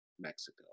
Mexico